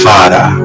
Father